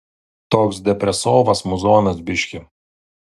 toks depresovas muzonas biškį